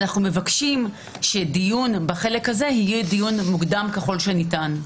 אנחנו מבקשים שדיון בחלק הזה יהיה דיון מוקדם ככל שניתן.